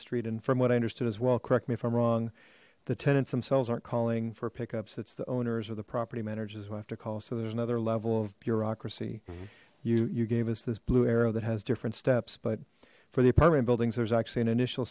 street and from what i understood as well correct me if i'm wrong the tenants themselves aren't calling for pickups it's the owners or the property managers who have to call so there's another level of bureaucracy you you gave us this blue arrow that has different steps but for the apartment buildings there's actually an initial